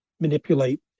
manipulate